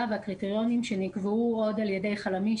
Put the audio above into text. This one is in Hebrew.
והקריטריונים שנקבעו עוד על ידי חלמיש.